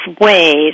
ways